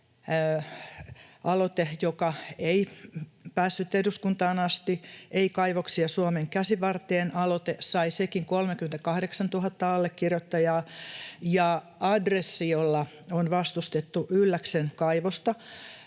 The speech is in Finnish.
aloite, joka ei päässyt eduskuntaan asti, Ei kaivoksia Suomen Käsivarteen ‑aloite, sai sekin 38 000 allekirjoittajaa, ja adressi, jolla on vastustettu Ylläksen kaivosta,